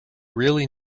really